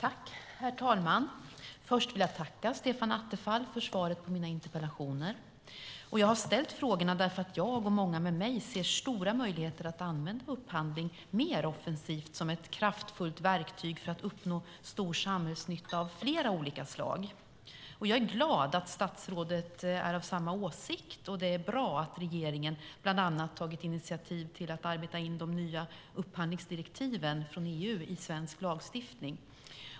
Herr talman! Först vill jag tacka Stefan Attefall för svaret på mina interpellationer. Jag har ställt frågorna därför att jag och många med mig ser stora möjligheter att använda upphandling mer offensivt som ett kraftfullt verktyg för att uppnå stor samhällsnytta av flera olika slag. Jag är glad att statsrådet är av samma åsikt, och det är bra att regeringen bland annat har tagit initiativ till att arbeta in de nya upphandlingsdirektiven från EU i svensk lagstiftning.